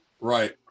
right